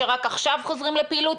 שרק עכשיו חוזרים לפעילות,